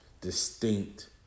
distinct